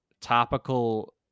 topical